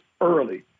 early